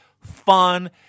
fun